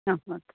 ആ ഓക്കെ